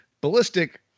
Ballistic